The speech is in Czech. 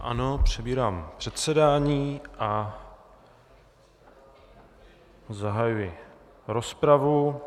Ano, přebírám předsedání a zahajuji rozpravu.